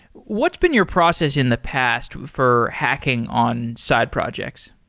what's been your process in the past for hacking on side projects?